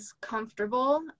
comfortable